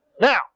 Now